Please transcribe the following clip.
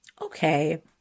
Okay